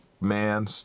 man